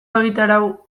egitarau